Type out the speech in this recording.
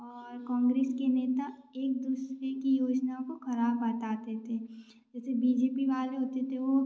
और कॉन्ग्रेस के नेता एक दूसरे की योजना को ख़राब बताते थे जैसे बी जे पी वाले होते थे वो